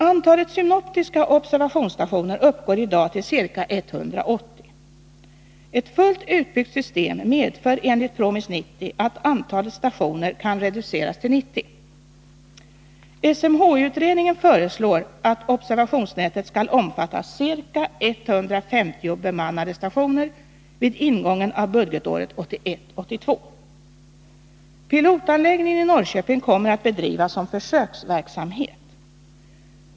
Antalet synoptiska observationsstationer uppgår i dag till ca 180. Ett fullt utbyggt system medför enligt PROMIS 90 att antalet stationer kan reduceras till 90. SMHI-utredningen föreslår att observationsnätet skall omfatta ca 150 bemannade stationer vid ingången av budgetåret 1981/82. Pilotanläggningen i Norrköping kommer att bedrivas som försöksverksamhet.